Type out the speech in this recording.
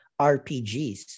RPGs